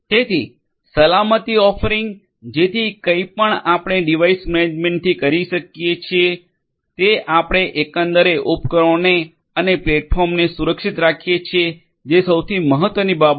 તેથી સલામતી ઓફરીંગ જેથી કઈ પણ આપણે ડિવાઇસ મેનેજમેન્ટથી કરીએ છીએ તે આપણે એકંદરે ઉપકરણોને અને પ્લેટફોર્મને સુરક્ષિત રાખીએ છીએ જે સૌથી મહત્વની બાબત છે